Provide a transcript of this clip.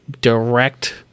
direct